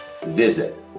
visit